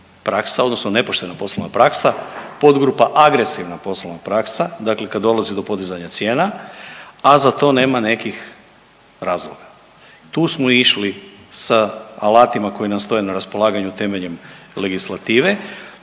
odnosno nepoštena poslovna praksa podgrupa agresivna poslovna praksa, dakle kad dolazi do podizanja cijena, a za to nema nekih razloga. Tu smo išli sa alatima koji nam stoje na raspolaganju temeljem legislative.